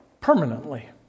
permanently